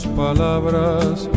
palabras